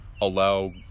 allow